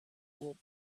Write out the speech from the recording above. would